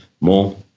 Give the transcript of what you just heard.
more